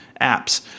apps